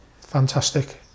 fantastic